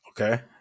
Okay